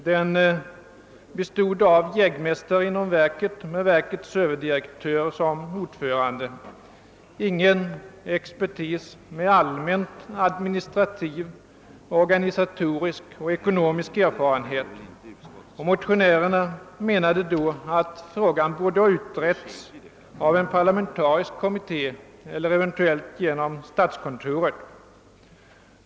Den bestod av jägmästare inom verket med verkets överdirektör som ordförande. Ingen expertis med allmänt administrativ, organisatorisk och ekonomisk erfarenhet fanns med. Motionärerna menade därför att frågan borde utredas av en parlamentarisk kommitté eller eventuellt genom statskontoret.